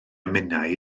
minnau